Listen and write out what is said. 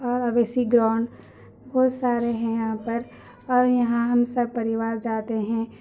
اور اویسی گراؤنڈ بہت سارے ہیں یہاں پر اور یہاں ہم سب پریوار جاتے ہیں